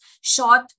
short